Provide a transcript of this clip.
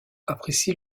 apprécie